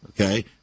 Okay